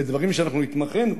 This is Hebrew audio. בדברים שאנחנו התמחינו,